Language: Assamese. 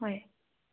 হয়